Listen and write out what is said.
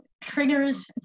triggers